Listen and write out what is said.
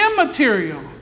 immaterial